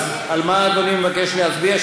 אז על מה אדוני מבקש להצביע?